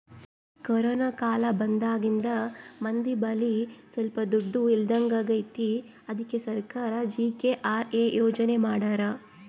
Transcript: corona ಕಾಲ ಬಂದಾಗಿಂದ ಮಂದಿ ಬಳಿ ಸೊಲ್ಪ ದುಡ್ಡು ಇಲ್ದಂಗಾಗೈತಿ ಅದ್ಕೆ ಸರ್ಕಾರ ಜಿ.ಕೆ.ಆರ್.ಎ ಯೋಜನೆ ಮಾಡಾರ